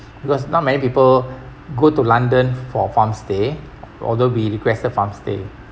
because not many people go to london for farm stay although we requested farm stay